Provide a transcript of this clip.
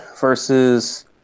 versus